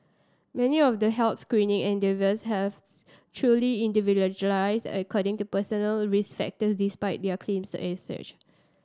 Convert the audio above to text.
many of the health screening endeavours have truly individualised according to personal risk factors despite their claims as such